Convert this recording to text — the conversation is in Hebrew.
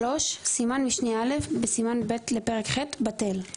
סימן משנה א' בסימן ב' לפרק ח' - בטל,